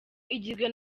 igizwe